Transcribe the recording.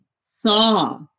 saw